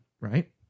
Right